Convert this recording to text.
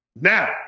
Now